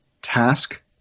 Task